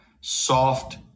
soft